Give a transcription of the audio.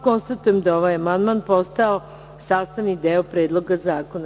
Konstatujem da je ovaj amandman postao sastavni deo Predloga zakona.